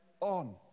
on